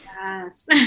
Yes